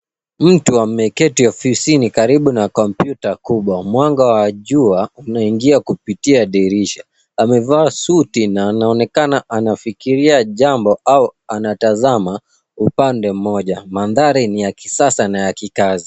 Mtu ameketi ofisini karibu na kompyuta kubwa. Mwanga wa jua unaingia kupitia dirisha. Amevaa suti na anaonekana anafikiria jambo au anatazama upande mmoja. Mandhari ni ya kisasa na ya kikazi.